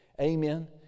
Amen